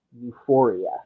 euphoria